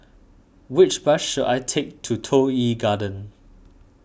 which bus should I take to Toh Yi Garden